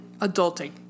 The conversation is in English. Adulting